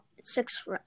Six